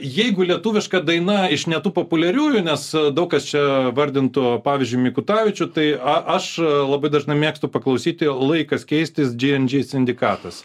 jeigu lietuviška daina iš ne tų populiariųjų nes daug kas čia vardintų pavyzdžiui mikutavičių tai aš labai dažnai mėgstu paklausyti laikas keistis džy en džy sindikatas